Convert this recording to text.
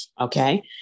Okay